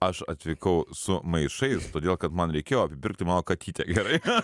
aš atvykau su maišais todėl kad man reikėjo apipirkti mano katytę gerai